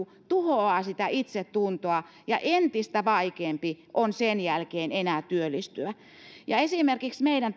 tuhoaa itsetuntoa ja entistä vaikeampi on sen jälkeen enää työllistyä esimerkiksi meidän